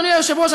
אדוני היושב-ראש,